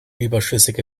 überschüssige